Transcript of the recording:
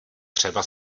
třeba